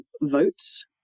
votes